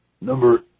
Number